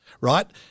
Right